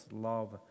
love